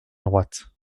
droite